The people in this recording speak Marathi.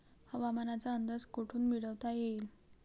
हवामानाचा अंदाज कोठून मिळवता येईन?